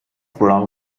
wrong